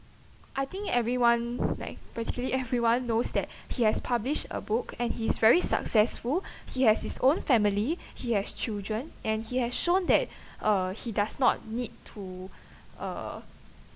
I think everyone like practically everyone knows that he has published a book and he's very successful he has his own family he has children and he has shown that uh he does not need to uh